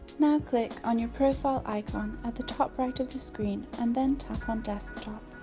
now click on your profile icon at the top right of the screen and then tap on desktop,